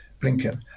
Blinken